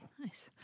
Nice